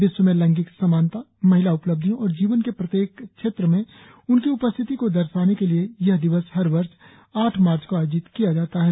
विश्व में लैंगिक समानता महिला उपलब्धियों और जीवन के प्रत्येक क्षेत्र में उनकी उपस्थिति को दर्शाने के लिए यह दिवस हर वर्ष आठ मार्च को आयोजित किया जाता है